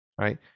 right